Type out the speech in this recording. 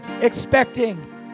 expecting